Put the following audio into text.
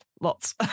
lots